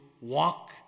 walk